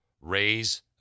Raise